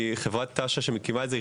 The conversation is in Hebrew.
חברת תש"ן מקימה את זה.